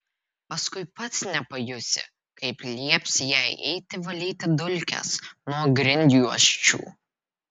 paskui pats nepajusi kaip liepsi jai eiti valyti dulkes nuo grindjuosčių